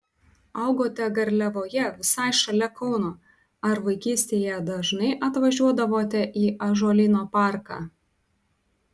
augote garliavoje visai šalia kauno ar vaikystėje dažnai atvažiuodavote į ąžuolyno parką